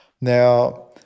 Now